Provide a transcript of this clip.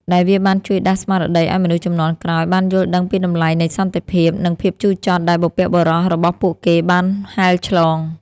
ដែលវាបានជួយដាស់ស្មារតីឲ្យមនុស្សជំនាន់ក្រោយបានយល់ដឹងពីតម្លៃនៃសន្តិភាព និងភាពជូរចត់ដែលបុព្វបុរសរបស់ពួកគេបានហែលឆ្លង។